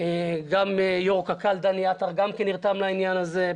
גם יו"ר קק"ל דני עטר גם נרתם לעניין הזה.